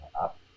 up